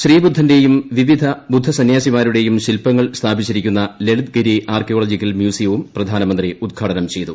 ശ്രീബുദ്ധന്റെയും വിവിധ ബുദ്ധസന്ന്യാസിമാരുടെയും ശില്പങ്ങൾ സ്ഥാപിച്ചിരിക്കുന്ന ലളിത്ഗിരി ആർക്കിയോളജിക്കൽ മ്യൂസിയവും പ്രധാനമന്ത്രി ഉദ്ഘാടനും ച്ചെയ്തു